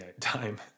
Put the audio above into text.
time